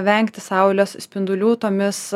vengti saulės spindulių tomis